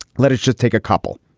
let us just take a couple.